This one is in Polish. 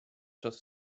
czas